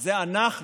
זה אנחנו,